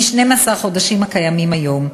מ-12 חודשים הקיימים היום,